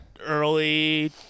Early